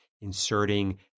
inserting